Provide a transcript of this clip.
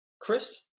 Chris